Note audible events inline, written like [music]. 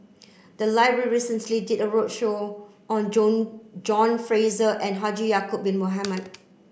the library recently did a roadshow on [unintelligible] John Fraser and Haji Ya'acob bin Mohamed